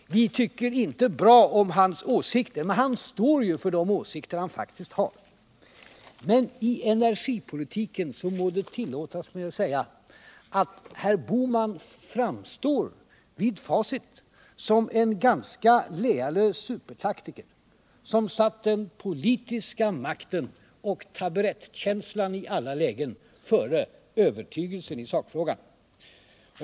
Vi tycker inte bra om hans åsikter, men han står ju för de åsikter han faktiskt har. Men i fråga om energipolitiken må det tillåtas mig att säga att herr Bohman framstår i facit som en ganska lealös supertaktiker, som satt den politiska makten och taburettkänslan i alla lägen före övertygelsen i sakfrågan.